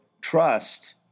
trust